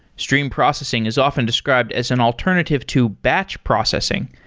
stream processing is often described as an alternative to batch processing.